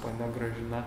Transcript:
ponia gražina